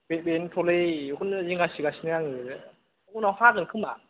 बेनोथ'लै बेखौनो जिंगा सिगासिनो आङो उनाव हागोन खोमा